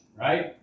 right